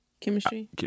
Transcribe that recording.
Chemistry